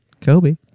Kobe